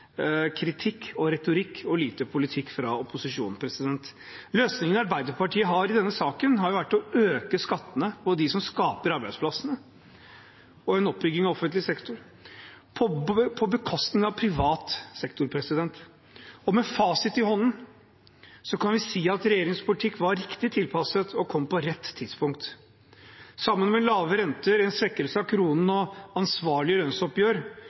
kritikk og retorikk og lite politikk. Løsningen Arbeiderpartiet har i denne saken, har vært å øke skattene til dem som skaper arbeidsplassene, og en oppbygging av offentlig sektor på bekostning av privat sektor. Med fasit i hånden kan vi si at regjeringens politikk var riktig tilpasset og kom på rett tidspunkt. Sammen med lave renter, en svekkelse av kronen og et ansvarlig lønnsoppgjør